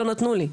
לא נתנו לי,